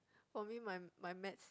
for me my my maths